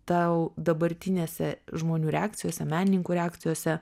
tau dabartinėse žmonių reakcijose menininkų reakcijose